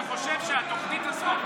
אתה חושב שהתוכנית הזאת,